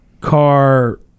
car